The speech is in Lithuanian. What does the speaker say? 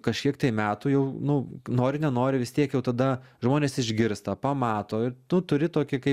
kažkiek tai metų jau nu nori nenori vis tiek jau tada žmonės išgirsta pamato ir tu turi tokį kai